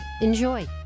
Enjoy